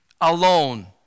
alone